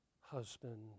husband